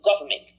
government